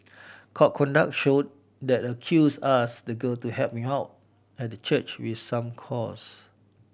court documents showed that the accused asked the girl to help him out at the church with some chores